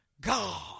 God